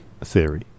theory